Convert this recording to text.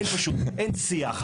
אין שיח.